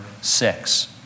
six